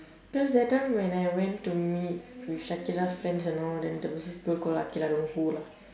cause the other time when I went to meet with shakirah friends and all then there was this girl call aqilah with her lah